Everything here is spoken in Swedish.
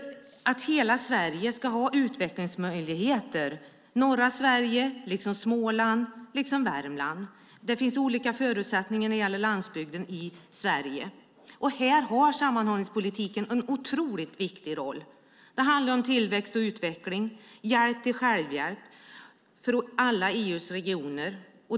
Hela Sverige - norra Sverige liksom Småland och Värmland - ska ha utvecklingsmöjligheter. Men det finns olika förutsättningar när det gäller landsbygden i Sverige. Här har sammanhållningspolitiken en otroligt viktig roll. Det handlar om tillväxt och utveckling och om hjälp till självhjälp för EU:s alla regioner.